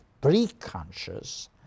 pre-conscious